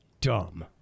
dumb